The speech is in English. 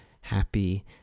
happy